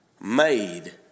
made